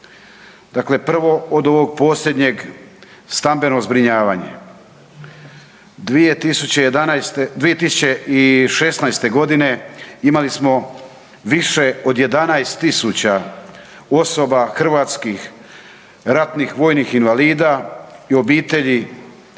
Dakle, prvo od ovog posljednjeg stambeno zbrinjavanje, 2011., 2016. godine imali smo više od 11.000 osoba hrvatskih ratnih vojnih invalida i obitelji